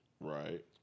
Right